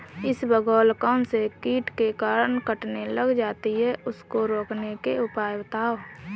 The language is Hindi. इसबगोल कौनसे कीट के कारण कटने लग जाती है उसको रोकने के उपाय बताओ?